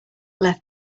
left